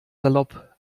salopp